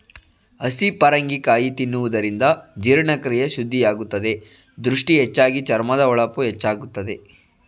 ಹಸಿ ಪರಂಗಿ ಕಾಯಿ ತಿನ್ನುವುದರಿಂದ ಜೀರ್ಣಕ್ರಿಯೆ ಶುದ್ಧಿಯಾಗುತ್ತದೆ, ದೃಷ್ಟಿ ಹೆಚ್ಚಾಗಿ, ಚರ್ಮದ ಹೊಳಪು ಹೆಚ್ಚಾಗುತ್ತದೆ